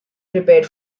prepared